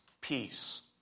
peace